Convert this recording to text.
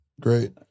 Great